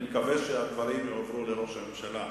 אני מקווה שהדברים יועברו לראש הממשלה,